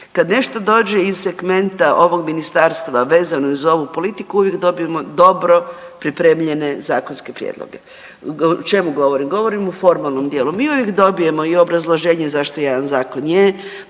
Kad nešto dođe iz segmenta ovog ministarstva vezano uz ovu politiku uvijek dobijemo dobro pripremljene zakonske prijedloge. O čemu govorim? Govorim o formalnom dijelu mi uvijek dobijemo i obrazloženje zašto jedan zakon je,